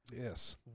Yes